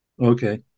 Okay